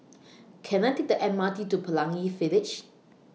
Can I Take The M R T to Pelangi Village